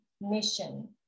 mission